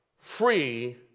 free